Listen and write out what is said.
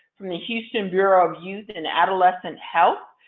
from the houston bureau of youth and adolescent health,